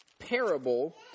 parable